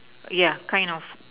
ya kind of